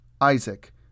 Isaac